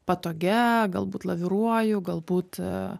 patogia galbūt laviruoju galbūt